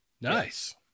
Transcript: Nice